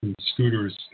scooters